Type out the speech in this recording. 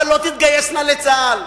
אבל לא יתגייסו לצה"ל.